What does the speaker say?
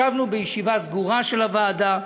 ישבנו בישיבה סגורה של הוועדה,